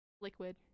Liquid